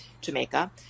Jamaica